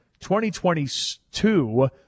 2022